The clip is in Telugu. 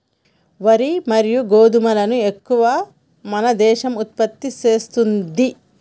వరి మరియు గోధుమలను ఎక్కువ మన దేశం ఉత్పత్తి చేస్తాంది